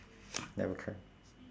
never cry